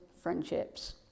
friendships